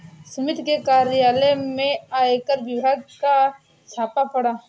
सुमित के कार्यालय में आयकर विभाग का छापा पड़ा